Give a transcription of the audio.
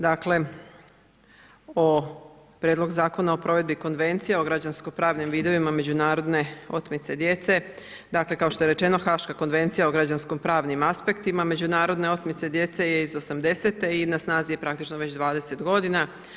Dakle, Prijedlog Zakona o provedbi konvencija o građansko pravnim vidovima međunarodne otmice djece, dakle kao što je rečeno Haška konvencija o građansko pravnim aspektima međunarodne otmice djece je iz '80. i na snazi je praktično već 20 godina.